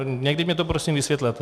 Někdy mi to prosím vysvětlete.